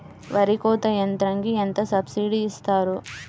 వరి కోత యంత్రంకి ఎంత సబ్సిడీ ఇస్తారు?